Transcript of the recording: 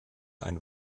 ein